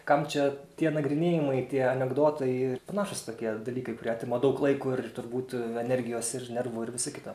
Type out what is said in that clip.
kam čia tie nagrinėjimai tie anekdotai ir panašūs tokie dalykai kurie atima daug laiko ir turbūt energijos ir nervų ir visa kita